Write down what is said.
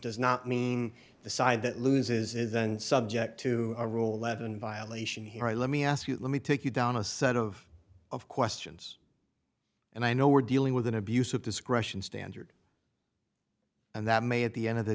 does not mean the side that loses isn't subject to a rule eleven violation here i let me ask you let me take you down a set of of questions and i know we're dealing with an abuse of discretion standard and that may at the end of the